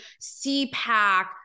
CPAC